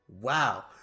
Wow